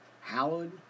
hallowed